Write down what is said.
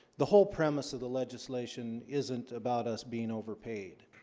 the whole premise of the legislation isn't about us being overpaid